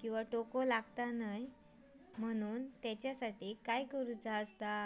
किंवा तोको लगता काम नाय त्याच्या खाती काय करुचा?